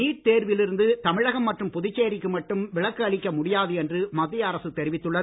NEET தேர்வில் இருந்து தமிழகம் மற்றும் புதுச்சேரிக்கு மட்டும் விலக்கு அளிக்க முடியாது என்று மத்திய அரசு தெரிவித்துள்ளது